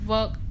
Work